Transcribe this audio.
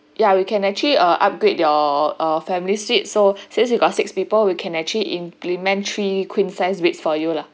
ya we can actually upgrade your uh family suites so since you got six people we can actually implement three queen size beds for you lah